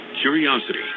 curiosity